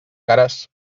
cares